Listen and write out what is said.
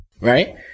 right